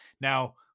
Now